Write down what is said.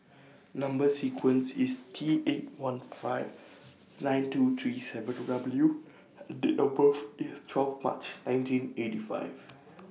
Number sequence IS T eight one five nine two three seven W and Date of birth IS twelve March nineteen eighty five